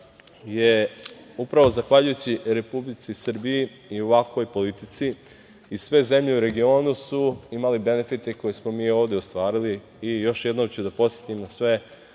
su, upravo zahvaljujući Republici Srbiji i ovakvoj politici, i sve zemlje u regionu imale benefite koje smo mi ovde ostvarili. Još jednom ću da podsetim sve